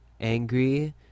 angry